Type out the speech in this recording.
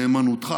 נאמנותך